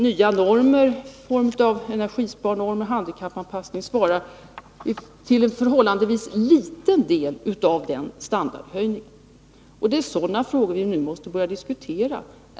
Nya normer i form av energisparnormer och handikappsanpassning svarar för en förhållandevis liten del av standardhöjningen. Det är sådana frågor som vi nu måste börja diskutera.